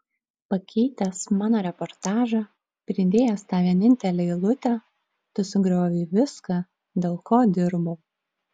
pakeitęs mano reportažą pridėjęs tą vienintelę eilutę tu sugriovei viską dėl ko dirbau